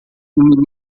menino